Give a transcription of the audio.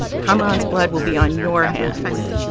kamaran's blood will be on your hands.